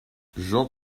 jean